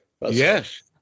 yes